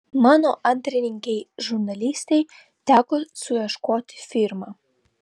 mano antrininkei žurnalistei teko suieškoti firmą